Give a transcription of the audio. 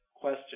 question